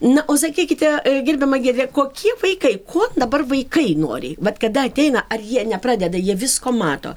na o sakykite gerbiama giedre kokie vaikai ko dabar vaikai nori vat kada ateina ar jie nepradeda jie visko mato